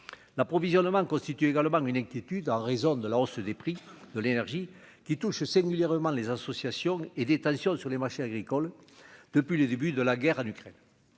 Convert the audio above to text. l'approvisionnement constitue également une inquiétude en raison de la hausse des prix de l'énergie qui touche singulièrement les associations et des tensions sur les marchés agricoles depuis le début de la guerre en Ukraine,